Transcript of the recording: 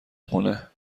خونه